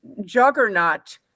juggernaut